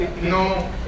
No